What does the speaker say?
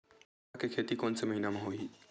तीवरा के खेती कोन से महिना म होही?